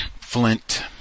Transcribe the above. Flint